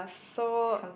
so